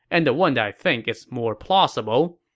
and the one that i think is more plausible,